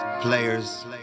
players